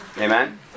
Amen